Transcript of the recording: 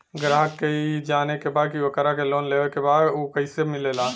ग्राहक के ई जाने के बा की ओकरा के लोन लेवे के बा ऊ कैसे मिलेला?